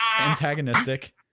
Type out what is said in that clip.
antagonistic